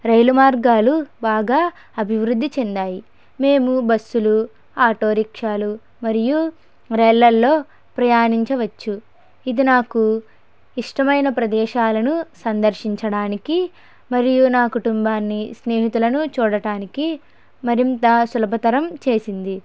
రైలు మార్గాలు బాగా అభివృద్ధి చెందాయి మేము బస్సులు ఆటో రిక్షాలు మరియు రైళ్ళలో ప్రయాణించవచ్చు ఇది నాకు ఇష్టమైన ప్రదేశాలను సందర్శించడానికి మరియు నా కుటుంబాన్ని స్నేహితులను చూడటానికి మరింత సులభతరం చేసింది